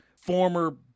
former